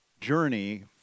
journey